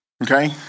Okay